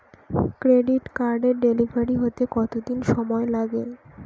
Credit কার্ডের delivery হতে কতদিন সময় লাগে?